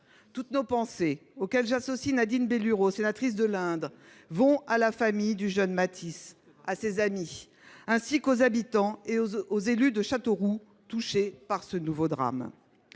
Toutes mes pensées, auxquelles j’associe Nadine Bellurot, sénatrice de l’Indre, vont à la famille du jeune Matisse, à ses amis, ainsi qu’aux habitants et aux élus de Châteauroux qui ont été touchés par ce nouveau drame.